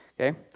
Okay